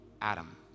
Adam